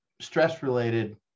stress-related